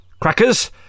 crackers